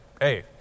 Hey